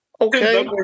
okay